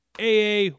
AA